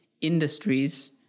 industries